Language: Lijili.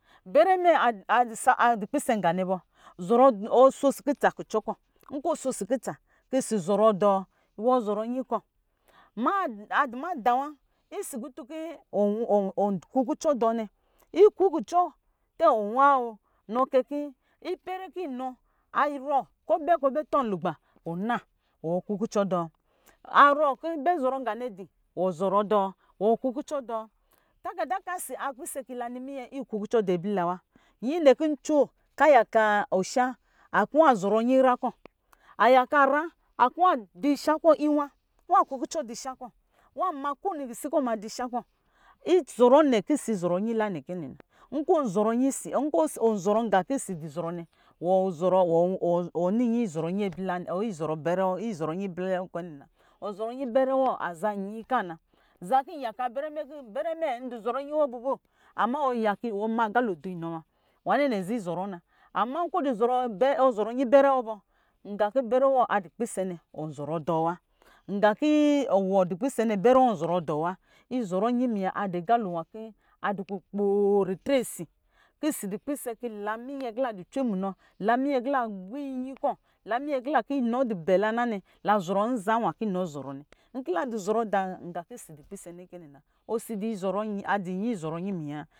Bɛrɛ mɛ a- ad- adɔ pisɛ nga nɛ bɔ ɔ sho si kutsa kucɔ kɔ nkɔ osho si kutsa ka zɔrɔ dɔɔ wɔ zɔrɔ nyi kɔ aduma dawa isi kutun kɔ ɔ kuku cɔ dɔɔ nɛ ikukucɔ tɛ ɔnwa woo nɔ kɛkɔ ipɛrɛ kɔ inɔ arɔ kɔ ɔ bɛ zɔrɔ nqa din wɔ zɔrɔ dɔɔ wɔ kuku cɔ dɔɔ tagada kasi apisɛ kɔ la ni miyɔ ikuku cɔ di ablila wa nyinɛ wa kɔ ayaka nyra nwo nwa kuku cɔ kɔ dɔ shakɔ nwa ama kowini ngisi kɔ nwa madu sha kɔ izɔrɔ nɛ kɛ ko osi zɔrɔ na nkɔ ɔzɔrɔ nga kɔ osi zɔrɔ nɛ lan nɔ izɔrɔ nwa kɔ osi kɔ ila zɔrɔ na kɛ na wɔn zɔrɔ nyi bɛrɛ wɔ aza nyi ka na nkɔ ɔyaka bɛrɛ wɔ kɔɔ takɔ bɛrɛ mɛ mɛ zɔrɔ nyi wɔ bɔ mo ama wɔ za ma agalo doɔnɔ muna nwanɛ azaa izɔrɔ na ama nkɔ izɔrɔ bɛrɛ wɔ bɔ nga kɔ bɛrɛ wɔ adɔ pisɛ nɛ ɔnzɔrɔ dɔɔ wa nga kɔ iwɔ dɔ pisɛ nɛ inɔ anzɔrɔ dɔ wa izɔrɔ nyiminyɛ adɔ aga lo wa nwa kɔ adu kukpoo wa riue si kɔ osi dɔ pisɛ kɔ la min ɛ kɔ la dɔ cwe minɔ lan min yɛ kɔ la gbii nyi kɔ lan my z nkɔ lakɔ inɔ dɔ bɛla na nɛ la zɔrɔ nza kɔ nwa kɔ inɔ zɔrɔ nɛ nkɔ laduzɔrɔ da nɔ da nga kɔ osi dupisɛ nɛ kɛ nɛ na osi du izɔrɔ adi n minyɛ wa.